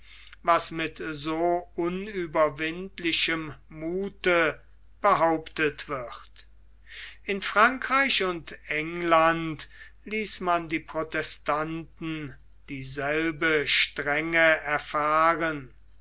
was mit so unüberwindlichem muthe behauptet wird in frankreich und england ließ man die protestanten dieselbe strenge erfahren